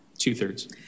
two-thirds